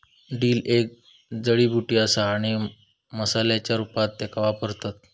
dill एक जडीबुटी असा आणि मसाल्याच्या रूपात त्येका वापरतत